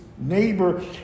neighbor